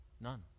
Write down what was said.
None